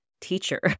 teacher